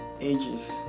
ages